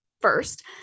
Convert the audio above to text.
First